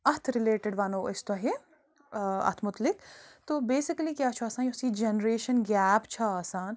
اَتھ رِلیٹِڈ ونو أسۍ تۄہہٕ ٲں اَتھ متعلق تہٕ بیسِکٔلی کیٛاہ چھِ آسان یۄس یہِ جنریشَن گیپ چھِ آسان